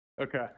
Okay